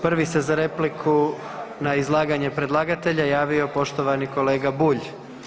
Prvo se za repliku na izlaganje predlagatelja javio poštovani kolega Bulj.